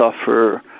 suffer